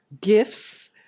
gifts